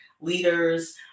leaders